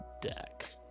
deck